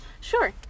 Sure